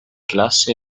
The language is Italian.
classe